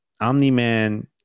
Omni-Man